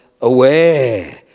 aware